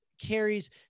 carries